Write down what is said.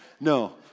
No